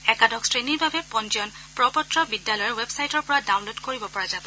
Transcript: একাদশ শ্ৰেণীৰ বাবে পঞ্জীয়ন প্ৰ পত্ৰ বিদ্যালয়ৰ ৱেবচাইটৰ পৰা ডাউনলোড কৰিব পৰা যাব